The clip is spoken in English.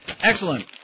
Excellent